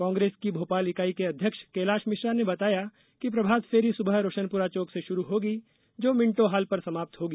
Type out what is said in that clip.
कांग्रेस की भोपाल इकाई के अध्यक्ष कैलाश मिश्रा ने बताया कि प्रभात फेरी सुबह रोशनपुरा चौक से शुरू होगी जो मिण्टो हाल पर समाप्त होगी